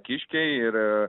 kiškiai ir